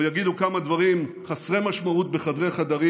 או יגידו כמה דברים חסרי משמעות בחדרי-חדרים.